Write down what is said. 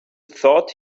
thought